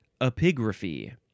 epigraphy